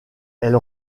elle